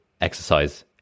exercise